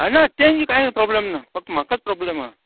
आं ना तेंय कांय प्रोब्लेम ना फक्त म्हाकाच प्रोब्लेम आहा